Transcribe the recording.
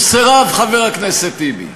הוא סירב, חבר הכנסת טיבי.